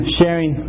sharing